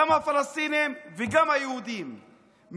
גם הפלסטינים וגם היהודים,